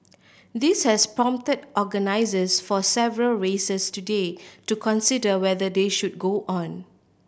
this has prompted organisers of several races today to consider whether they should go on